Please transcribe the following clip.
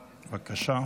בבקשה.